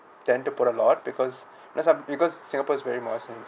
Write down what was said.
tend to put a lot because that's some because singapore is very